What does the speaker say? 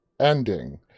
ending